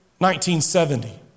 1970